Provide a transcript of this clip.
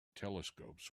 telescopes